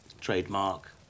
trademark